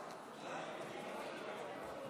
חברי הכנסת הנכבדים,